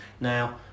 now